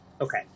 Okay